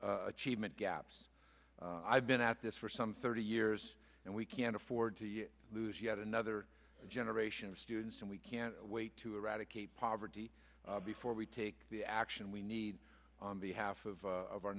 achievement gaps i've been at this for some thirty years and we can't afford to lose yet another generation of students and we can't wait to eradicate poverty before we take the action we need on behalf of